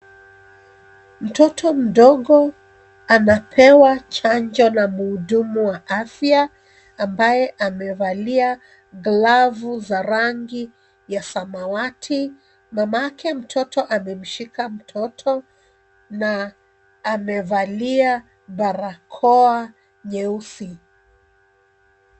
Mtoto mdogo anapewa chanjo na mhudumu wa afya ambaye amevalia glavu za rangi ya samawati. Mamake mtoto amemshika mtoto na amevalia barakoa nyeusi.